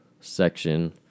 section